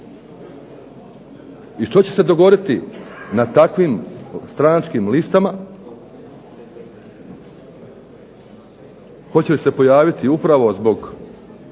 i što će se dogoditi na takvim stranačkim listama, hoće li se pojaviti upravo zbog